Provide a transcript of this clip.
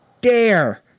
dare